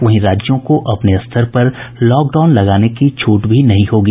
वहीं राज्यों को अपने स्तर पर लॉकडाउन लगाने की छूट भी नहीं होगी